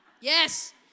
Yes